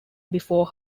before